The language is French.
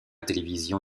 télévision